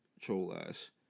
troll-ass